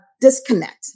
disconnect